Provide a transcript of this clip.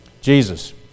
Jesus